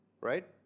right